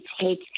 take